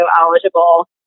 eligible